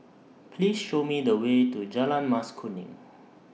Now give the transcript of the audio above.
Please Show Me The Way to Jalan Mas Kuning